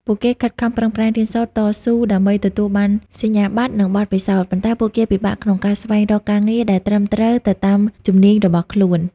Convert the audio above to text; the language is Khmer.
ពួកគេខិតខំប្រឹងប្រែងរៀនសូត្រ តស៊ូដើម្បីទទួលបានសញ្ញាបត្រ និងបទពិសោធន៍ ប៉ុន្តែពួកគេពិបាកក្នុងការស្វែងរកការងារដែលត្រឹមត្រូវទៅតាមជំនាញរបស់ខ្លួន។។